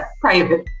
private